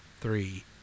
Three